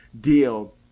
deal